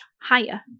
higher